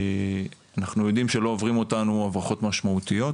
אנחנו יודעים שלא עוברות אותנו הברחות משמעותיות.